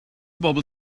bobl